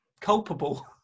culpable